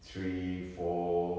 three four